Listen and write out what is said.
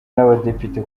n’abadepite